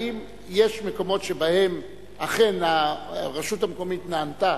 האם יש מקומות שבהם אכן הרשות המקומית נענתה